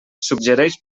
suggereix